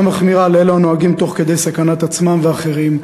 מחמירה לאלו הנוהגים תוך סיכון עצמם ואחרים.